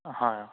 হয় অঁ